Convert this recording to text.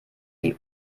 die